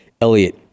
Elliot